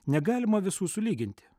negalima visų sulyginti